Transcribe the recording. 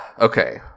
Okay